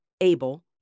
able